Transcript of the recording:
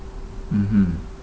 mmhmm